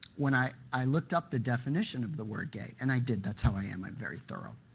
when i i looked up the definition of the word gay and i did, that's how i am, i'm very thorough